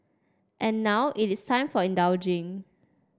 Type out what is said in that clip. and now it is time for indulging